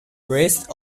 grist